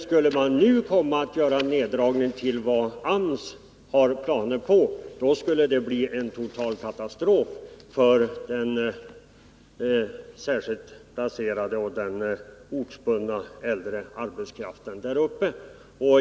Skulle man nu göra en sådan neddragning som AMS har planer på, skulle det medföra en total katastrof för den särskilt placerade och ortsbundna äldre arbetskraften där uppe.